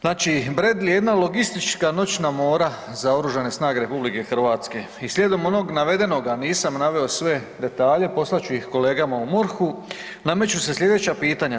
Znači Bradley je jedna logistička noćna mora za OS RH i slijedom onog navedenoga, nisam naveo sve detalje, poslat ću ih kolegama u MORH-u, nameću se slijedeća pitanja.